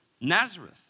Nazareth